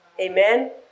Amen